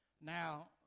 Now